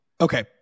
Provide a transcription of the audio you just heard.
Okay